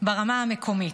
ברמה מקומית.